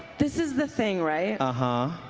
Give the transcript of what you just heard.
this is the thing, right? ah